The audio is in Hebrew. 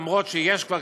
אף על פי שיש כבר,